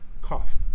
Cough